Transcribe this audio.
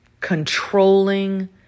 controlling